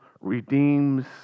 redeems